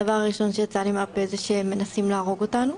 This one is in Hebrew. הדבר הראשון שיצא לי מהפה זה שמנסים להרוג אותנו.